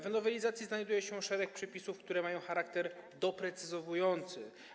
W nowelizacji znajduje się szereg przepisów, które mają charakter doprecyzowujący.